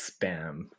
spam